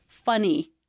funny